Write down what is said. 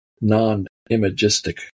non-imagistic